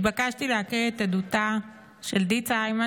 התבקשתי להקריא את עדותה של דיצה הימן